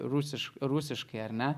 rusiškai rusiškai ar ne